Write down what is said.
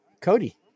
cody